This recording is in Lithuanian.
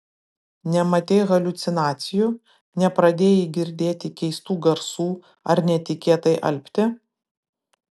nematei haliucinacijų nepradėjai girdėti keistų garsų ar netikėtai alpti